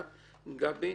גבי,